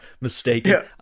mistaken